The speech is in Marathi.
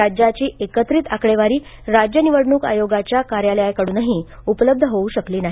राज्याची एकत्रित आकडेवारी राज्य निवडणुक आयोगाच्या कार्यालयाकडूनही उपलब्ध होऊ शकली नाही